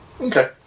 Okay